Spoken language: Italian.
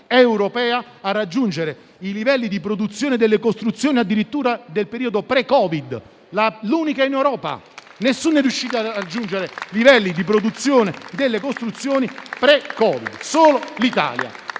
europea a raggiungere i livelli di produzione delle costruzioni addirittura del periodo pre-Covid: l'unica in Europa. Nessun altro è riuscito a raggiungere livelli di produzione delle costruzioni pre-Covid, solo l'Italia.